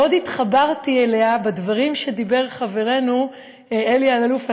שמאוד התחברתי אליה בדברים שדיבר עליהם חברנו אלי אלאלוף,